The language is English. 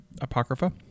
apocrypha